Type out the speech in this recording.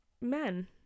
men